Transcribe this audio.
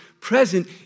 present